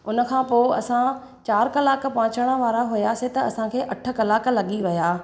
उनखां पोइ असां चारि कलाकु पहुचण वारा हुयासि त असांखे अठ कलाक लॻी विया